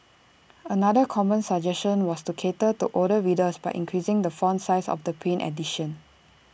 another common suggestion was to cater to older readers by increasing the font size of the print edition